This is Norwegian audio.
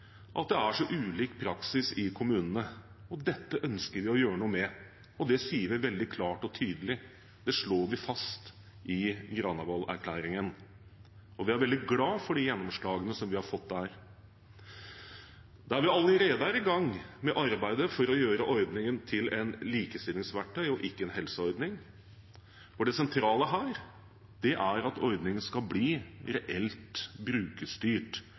at det er så ulik praksis i kommunene. Dette ønsker vi å gjøre noe med, og det sier vi veldig klart og tydelig, det slår vi fast i Granavolden-erklæringen, og vi er veldig glad for de gjennomslagene vi har fått der. Vi er allerede i gang med arbeidet for å gjøre ordningen til et likestillingsverktøy og ikke en helseordning, for det sentrale her er at ordningen skal bli reelt brukerstyrt,